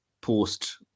post-